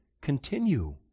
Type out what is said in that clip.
continue